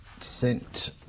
sent